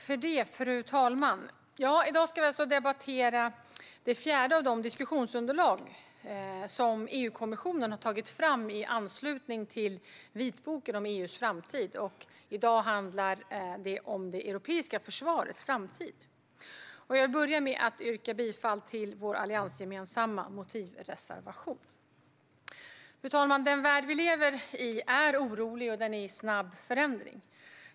Fru talman! I dag ska vi debattera det fjärde av de diskussionsunderlag som EU-kommissionen har tagit fram i anslutning till vitboken om EU:s framtid. I dag handlar det om det europeiska försvarets framtid. Jag vill börja med att yrka bifall till vår alliansgemensamma motivreservation. Fru talman! Den värld vi lever i är orolig och i snabb förändring.